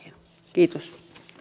kiitos